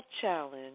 challenge